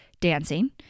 dancing